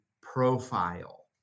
profile